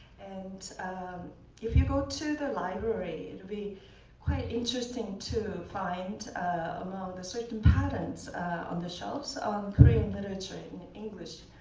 and if you go to the library, it will be quite interesting to find among the certain patterns on the shelves on korean literature in english.